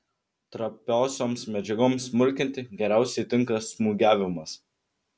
trapiosioms medžiagoms smulkinti geriausiai tinka smūgiavimas